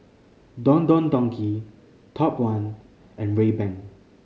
Don Don Donki Top One and Rayban